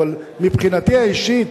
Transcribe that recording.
אבל מבחינתי האישית,